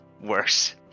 worse